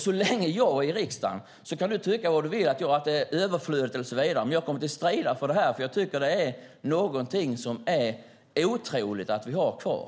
Så länge som jag är i riksdagen kan du tycka vad du vill, att det är överflödigt och så vidare, men jag kommer att strida mot det här, för jag tycker att det är någonting som det är otroligt att vi har kvar.